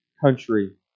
country